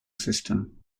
system